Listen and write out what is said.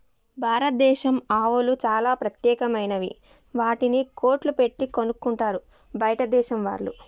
భారతదేశం ఆవులు చాలా ప్రత్యేకమైనవి వాటిని కోట్లు పెట్టి కొనుక్కుంటారు బయటదేశం వాళ్ళు